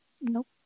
nope